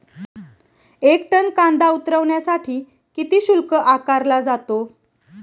एक टन कांदा उतरवण्यासाठी किती शुल्क आकारला जातो?